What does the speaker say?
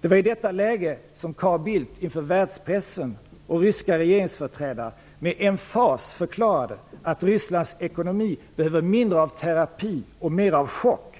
Det var i detta läge som Carl Bildt inför världspressen och ryska regeringsföreträdare med emfas förklarade att Rysslands ekonomi behöver mindre av terapi och mera av chock.